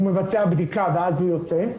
הוא מבצע בדיקה ואז הוא יוצא,